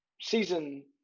season